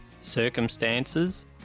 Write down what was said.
circumstances